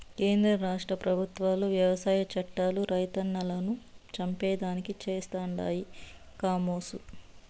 కేంద్ర రాష్ట్ర పెబుత్వాలు వ్యవసాయ చట్టాలు రైతన్నలను చంపేదానికి చేస్తండాయి కామోసు